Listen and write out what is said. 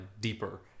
deeper